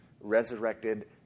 resurrected